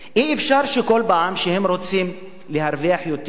אי-אפשר שכל פעם שהם רוצים להרוויח יותר,